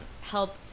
help